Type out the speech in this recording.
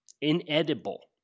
Inedible